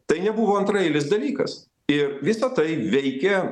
tai nebuvo antraeilis dalykas ir visa tai veikė